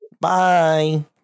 Bye